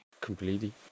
Completely